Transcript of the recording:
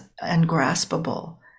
ungraspable